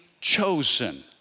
chosen